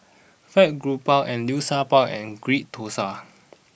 Fried Garoupa and Liu Sha Bao and Ghee Thosai